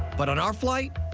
but on our flight,